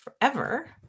forever